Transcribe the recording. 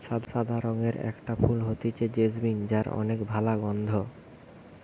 সাদা রঙের একটা ফুল হতিছে জেসমিন যার অনেক ভালা গন্ধ